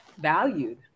valued